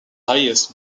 highest